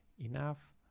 enough